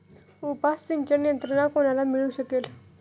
उपसा सिंचन यंत्रणा कोणाला मिळू शकेल?